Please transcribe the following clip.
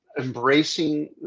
embracing